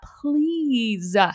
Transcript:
please